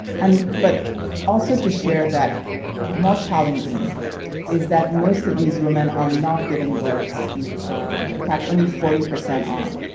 and but also to share that more challenging is that most of these women are not giving births in facility in fact, only forty percent are.